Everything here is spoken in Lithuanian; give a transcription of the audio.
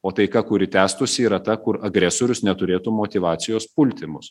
o taika kuri tęstųsi yra ta kur agresorius neturėtų motyvacijos pulti mus